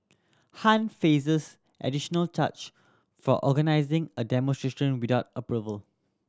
Han faces additional charge for organising a demonstration without approval